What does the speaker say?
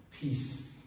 Peace